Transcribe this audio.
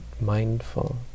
mindful